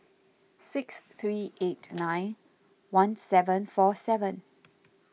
six three eight nine one seven four seven